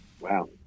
Wow